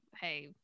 Hey